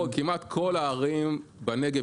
כמעט כל הערים בנגב.